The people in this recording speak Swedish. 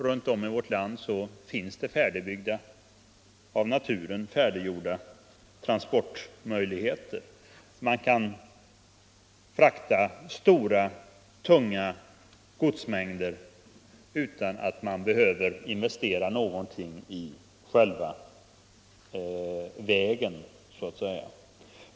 Runt om i vårt land finns det transportmöjligheter på av naturen gjorda vägar. Man kan frakta stora, tunga godsmängder utan att man behöver investera någonting i själva vägen så att säga.